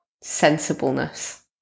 sensibleness